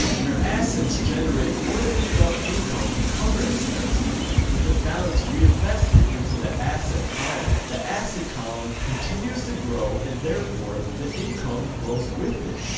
their assets generate more than enough income to cover expenses with the balance reinvested into the asset column. the asset column continues to grow and therefore the income grows with it.